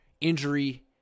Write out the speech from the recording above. injury